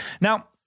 Now